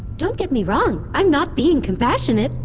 don't get me wrong, i'm not being compassionate,